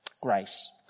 grace